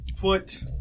put